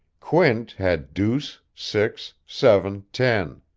quint had deuce, six, seven, ten.